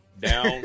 down